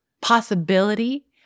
possibility